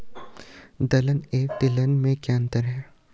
दलहन एवं तिलहन में क्या अंतर है?